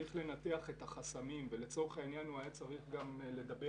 צריך לנתח את החסמים ולצורך העניין הוא היה צריך גם לדבר